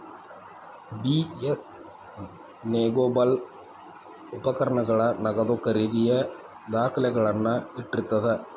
BS negotiable ಉಪಕರಣಗಳ ನಗದು ಖರೇದಿಯ ದಾಖಲೆಗಳನ್ನ ಇಟ್ಟಿರ್ತದ